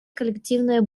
коллективное